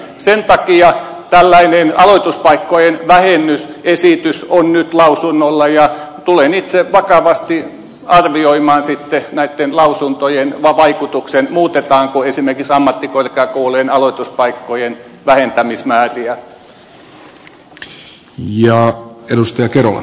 sen takia tällainen aloituspaikkojen vähennysesitys on nyt lausunnolla ja tulen itse vakavasti arvioimaan sitten näitten lausuntojen vaikutuksen siihen muutetaanko esimerkiksi ammattikorkeakoulujen aloituspaikkojen vähentämismääriä